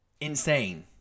insane